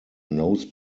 nose